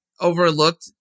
overlooked